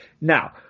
Now